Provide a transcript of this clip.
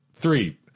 Three